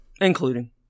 Including